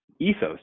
ethos